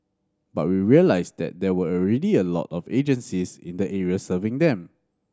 but we realised that there were already a lot of agencies in the area serving them